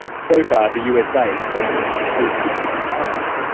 so far, the usa has been the industry's biggest client.